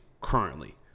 currently